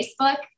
Facebook